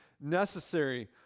necessary